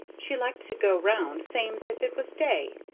she liked to go round same's if it was day.